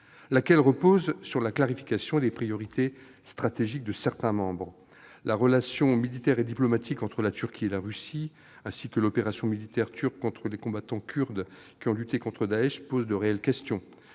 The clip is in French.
laquelle repose sur la clarification des priorités stratégiques de certains membres.